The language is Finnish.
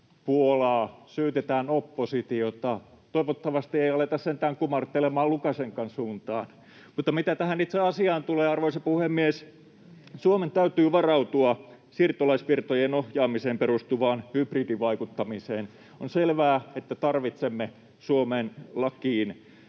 Puolaa, syytetään oppositiota — toivottavasti ei aloiteta sentään kumartelemaan Lukašenkan suuntaan. Mutta mitä tähän itse asiaan tulee, arvoisa puhemies, Suomen täytyy varautua siirtolaisvirtojen ohjaamiseen perustuvaan hybridivaikuttamiseen. On selvää, että tarvitsemme Suomen lakiin